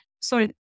sorry